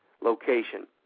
location